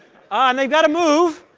and they've got a move.